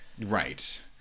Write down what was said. right